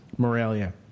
Moralia